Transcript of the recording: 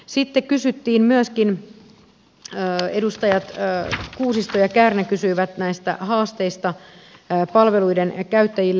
sitten kysyttiin myöskin edustajat kuusisto ja kärnä kysyivät haasteista palveluiden käyttäjille